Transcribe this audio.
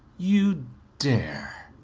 you dare?